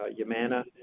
yamana